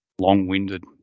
long-winded